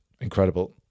incredible